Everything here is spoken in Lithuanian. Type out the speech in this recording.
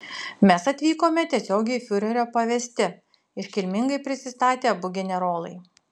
mes atvykome tiesiogiai fiurerio pavesti iškilmingai prisistatė abu generolai